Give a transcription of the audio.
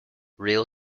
rail